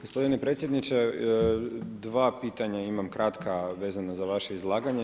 Gospodine predsjedniče dva pitanja imam kratka vezana za vaše izlaganje.